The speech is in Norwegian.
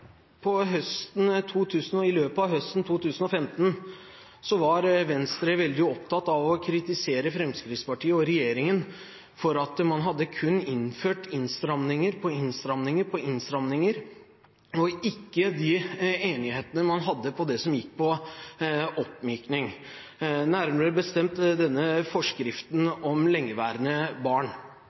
I løpet av høsten 2015 var Venstre veldig opptatt av å kritisere Fremskrittspartiet og regjeringen for at man kun hadde innført innstramminger på innstramminger på innstramminger – og ikke de enighetene man hadde om det som handlet om oppmykning, nærmere bestemt forskriften om lengeværende barn.